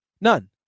none